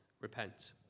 repent